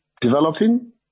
developing